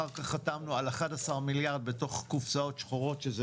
אחר-כך חתמנו על 11 מיליארד בתוך קופסאות שחורות שזה